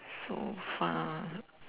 so far